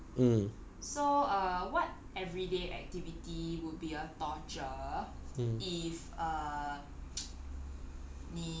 okay lah just now I talked a lot already now I want ask you a question so err what everyday activity would be a torture